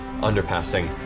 underpassing